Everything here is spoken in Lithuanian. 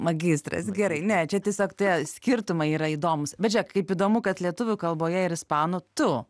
magistras gerai ne čia tiesiog tie skirtumai yra įdomūs bet žėk kaip įdomu kad lietuvių kalboje ir ispanų tu